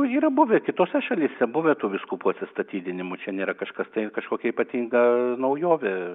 yra buvę kitose šalyse buvę tų vyskupų atsistatydinimų čia nėra kažkas tai kažkokia ypatinga naujovė